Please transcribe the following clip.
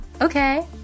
okay